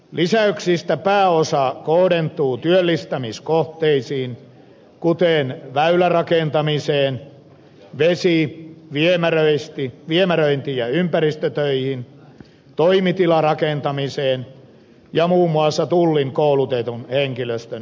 lisäyksistä pääosa kohdentuu työllistämiskohteisiin kuten väylärakentamiseen vesi viemäröinti ja ympäristötöihin toimitilarakentamiseen ja muun muassa tullin koulutetun henkilöstön palkkauksen turvaamiseen